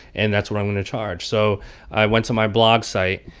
and that's what i'm going to charge. so i went to my blog site.